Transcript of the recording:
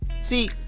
See